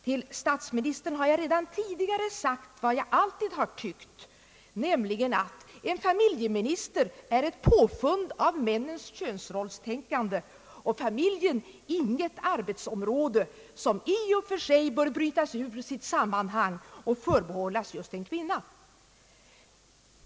Till statsministern har jag redan tidigare sagt vad jag alltid har tyckt, nämligen att en familjeminister är ett påfund av männens könsrollstänkande och familjen inget arbetsområde som i och för sig bör brytas ut ur sitt sammanhang och förbehållas just en kvinna.